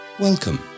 Welcome